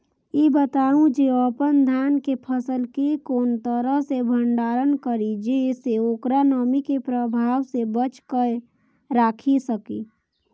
ई बताऊ जे अपन धान के फसल केय कोन तरह सं भंडारण करि जेय सं ओकरा नमी के प्रभाव सं बचा कय राखि सकी?